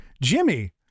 Jimmy